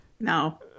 No